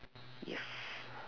yes